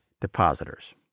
depositors